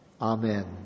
Amen